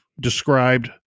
described